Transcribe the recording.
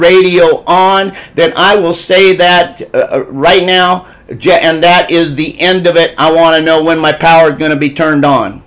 radio on that i will say that right now jack and that is the end of it i want to know when my power going to be turned on